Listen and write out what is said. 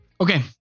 Okay